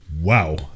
Wow